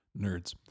Nerds